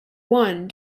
one